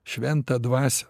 šventą dvasią